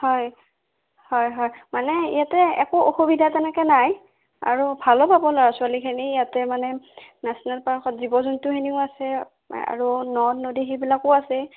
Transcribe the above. হয় হয় হয় মানে ইয়াতে একো অসুবিধা তেনেকৈ নাই আৰু ভালো পাব ল'ৰা ছোৱালীখিনিয়ে ইয়াতে মানে নেশ্যনেল পাৰ্কত জীৱ জন্তুখিনিও আছে আৰু নদ নদী সেইবিলাকো আছে